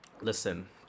listen